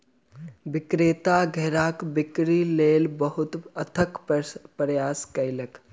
विक्रेता घेराक बिक्री लेल बहुत अथक प्रयास कयलक